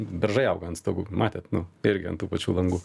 beržai auga ant stogų matėt nu irgi ant tų pačių langų